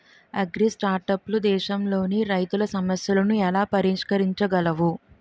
అగ్రిస్టార్టప్లు దేశంలోని రైతుల సమస్యలను ఎలా పరిష్కరించగలవు?